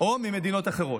או ממדינות אחרות.